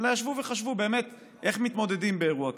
ישבו וחשבו באמת איך מתמודדים באירוע כזה,